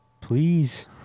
Please